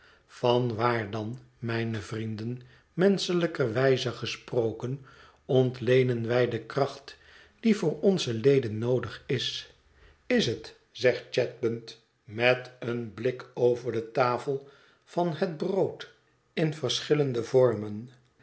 vanwaar dan mijne vrienden menschehjkerwijze gesproken ontleenen wij de kracht die voor onze leden noodig is is het zegt chadband met een blik over de tafel van het brood in verschillende vormen